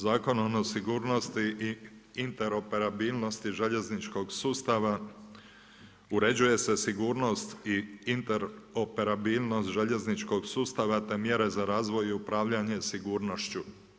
Zakonom o sigurnosti i interoperabilnosti željezničkog sustava uređuje se sigurnost i interoperabilnost željezničkog sustava, te mjere za razvoj i upravljanje sigurnošću.